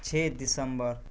چھ دسمبر